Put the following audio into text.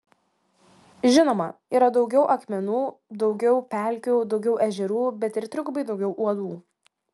žinoma yra daugiau akmenų daugiau pelkių daugiau ežerų bet ir trigubai daugiau uodų